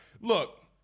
Look